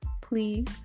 please